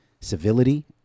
civility